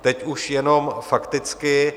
Teď už jenom fakticky.